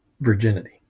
virginity